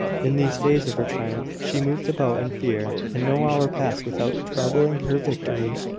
in these days of her triumph she moved about in fear and no hour passed without troubling her victory.